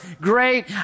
great